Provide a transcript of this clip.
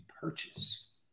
purchase